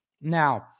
Now